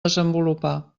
desenvolupar